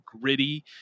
gritty